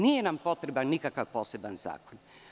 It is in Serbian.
Nije nam potreban nikakav poseban zakon.